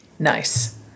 Nice